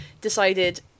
decided